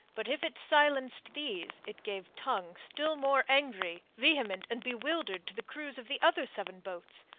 but if it silenced these, it gave tongue, still more angry, vehement, and bewildered to the crews of the other seven boats.